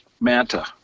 Manta